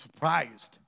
surprised